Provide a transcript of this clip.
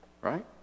Right